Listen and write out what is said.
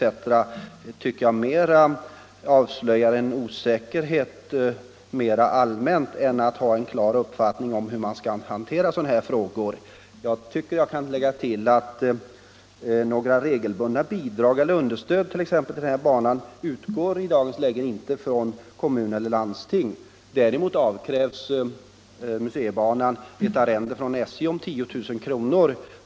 Det tycker jag mera avslöjar en okunnighet än en klar uppfattning om hur sådana här frågor skall hanteras. Jag kan lägga till att några regelbundna bidrag eller något understöd till den här banan utgår i dagens läge inte från kommun eller landsting. Däremot avkrävs museibanan ett arrende från SJ på 10 000 kr.